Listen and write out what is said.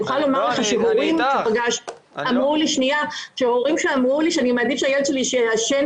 יש הורים שאמרו לי שמעדיפים שהילד שלהם יעשן